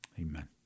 Amen